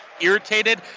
irritated